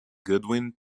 goodwin